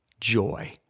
joy